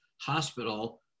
Hospital